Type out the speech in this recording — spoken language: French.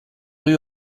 rue